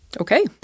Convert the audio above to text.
Okay